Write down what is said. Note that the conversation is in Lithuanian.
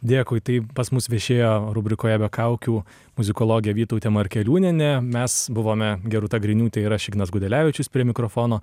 dėkui tai pas mus viešėjo rubrikoje be kaukių muzikologė vytautė markeliūnienė mes buvome gerūta griniūtė ir aš ignas gudelevičius prie mikrofono